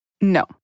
no